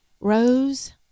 Rose